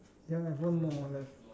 you no no all have